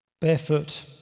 barefoot